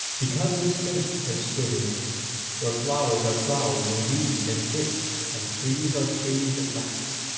because a saint had stood in it where flowers are flowers indeed and fit, and trees are trees at last.